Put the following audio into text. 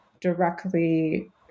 directly